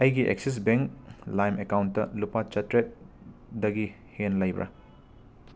ꯑꯩꯒꯤ Axis Bank ꯂꯥꯏꯝ account ꯂꯨꯄꯥ ꯆꯇ꯭ꯔꯦꯠꯇꯒꯤ ꯍꯦꯟꯅ ꯂꯩꯕ꯭ꯔꯥ